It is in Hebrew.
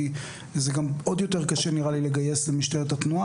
כי זה גם עוד יותר קשה נראה לי לגייס למשטרת התנועה,